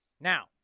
Now